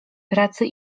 pracy